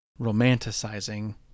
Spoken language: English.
romanticizing